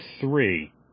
three